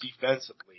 defensively